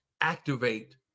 activate